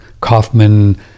Kaufman